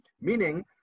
meaning